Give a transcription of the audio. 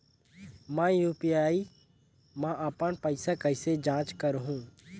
मैं यू.पी.आई मा अपन पइसा कइसे जांच करहु?